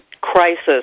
crisis